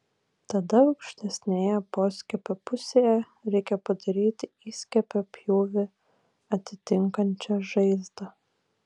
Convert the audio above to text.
tada aukštesnėje poskiepio pusėje reikia padaryti įskiepio pjūvį atitinkančią žaizdą